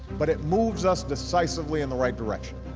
but it moves us decisively in the right direction.